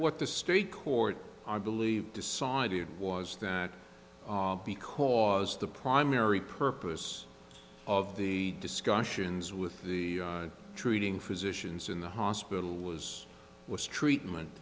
what the street court i believe decided it was because the primary purpose of the discussions with the treating physicians in the hospital was was treatment